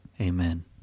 Amen